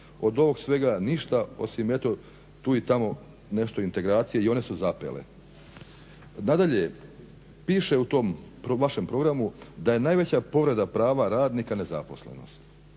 Od ovog svega ništa osim eto tu i tamo nešto integracije, i one su zapele. Nadalje, piše u tom vašem programu da je najveća povreda prava radnika nezaposlenost.